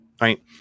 right